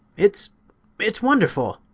it's it's wonderful!